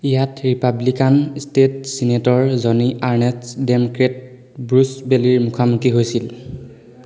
ইয়াত Republican state senator Joni Ernst Democrat Bruce বেলীৰ মুখামুখি হৈছিল